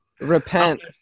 repent